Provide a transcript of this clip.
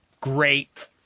great